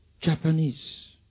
Japanese